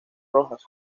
rojas